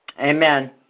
Amen